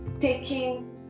taking